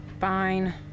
Fine